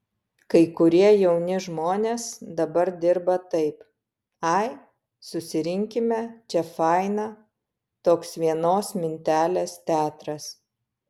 kai kurie jauni žmonės dabar dirba taip ai susirinkime čia faina toks vienos mintelės teatras